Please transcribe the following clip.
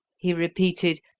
he repeated,